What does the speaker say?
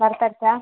വറുത്തരച്ചതാണ്